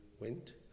went